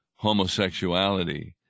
homosexuality